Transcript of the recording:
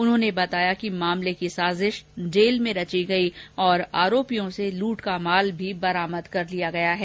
उन्होंने बताया कि मामले की साजिश जेल में रची गई और आरोपियों से लूट का माल भी बरामद कर लिया गया है